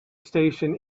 station